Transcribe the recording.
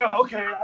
Okay